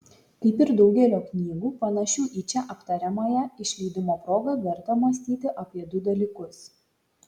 kaip ir daugelio knygų panašių į čia aptariamąją išleidimo proga verta mąstyti apie du dalykus